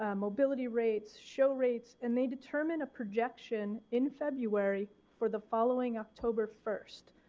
ah mobility rates, show rates and they determine a projection in february for the following october first.